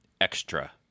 extra